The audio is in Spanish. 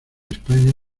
españa